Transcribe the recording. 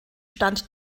stand